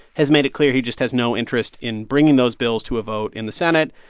has made it clear he just has no interest in bringing those bills to a vote in the senate.